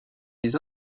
des